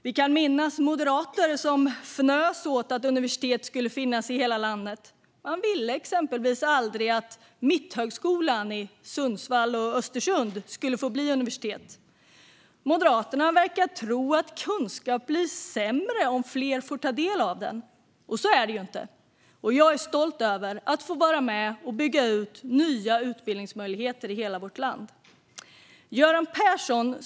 Vi minns moderater som fnös åt att universitet skulle finnas över hela landet. De ville till exempel inte att Mitthögskolan i Sundsvall och Östersund skulle bli universitet. Moderaterna verkar tro att kunskap blir sämre om fler får ta del av den. Så är det inte, och jag är stolt över att få vara med och skapa nya utbildningsmöjligheter i hela vårt land.